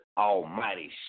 almighty